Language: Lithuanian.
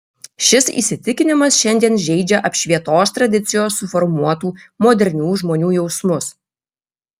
šis įsitikinimas šiandien žeidžia apšvietos tradicijos suformuotų modernių žmonių jausmus